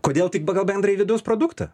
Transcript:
kodėl tik pagal bendrąjį vidaus produktą